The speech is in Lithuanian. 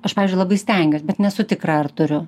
aš pavyzdžiui labai stengiuos bet nesu tikra ar turiu